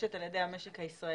נצרכת על ידי המשק הישראלי.